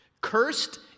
Cursed